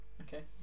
Okay